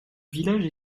village